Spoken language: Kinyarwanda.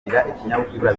ikinyabupfura